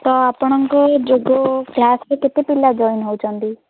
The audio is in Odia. ତ ଆପଣଙ୍କୁ ଏ ଯୋଗ କ୍ଲାସରେ କେତେ ପିଲା ଜଏନ୍ ହେଉଛନ୍ତି